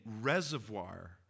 reservoir